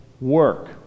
work